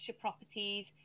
properties